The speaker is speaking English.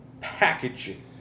packaging